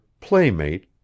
playmate